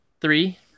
Three